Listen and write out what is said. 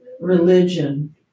religion